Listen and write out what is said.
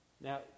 Now